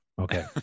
okay